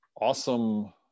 awesome